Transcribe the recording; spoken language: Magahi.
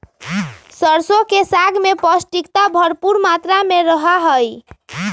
सरसों के साग में पौष्टिकता भरपुर मात्रा में रहा हई